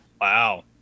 Wow